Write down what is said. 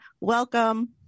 Welcome